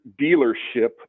dealership